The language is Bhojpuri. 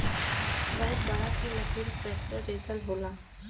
बहुत बड़ा के मसीन ट्रेक्टर जइसन होला